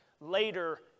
later